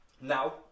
now